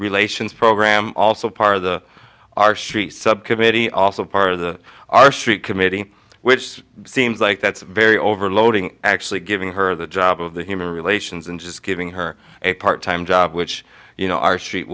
relations program also part of the our street subcommittee also part of the our street committee which seems like that's very overloading actually giving her the job of the human relations and just giving her a part time job which you know